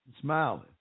smiling